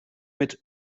mit